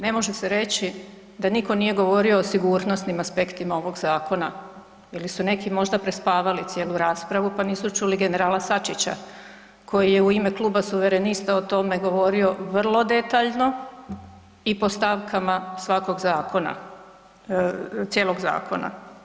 Ne može se reći da nitko nije govorio o sigurnosnim aspektima ovoga zakona ili su neki možda prespavali cijelu raspravu pa nisu čuli generala Sačića koji je u ime Kluba Suverenista o tome govorio vrlo detaljno i po stavkama svakog zakona, cijelog zakona.